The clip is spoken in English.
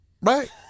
Right